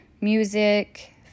music